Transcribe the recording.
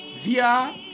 via